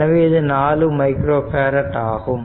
எனவே இது 4 micro farad ஆகும்